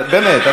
באמת.